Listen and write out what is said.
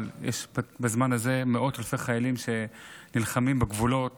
אבל בזמן הזה יש מאות אלפי חיילים שנלחמים בגבולות